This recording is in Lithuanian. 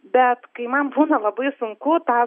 bet kai man būna labai sunku tą